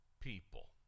people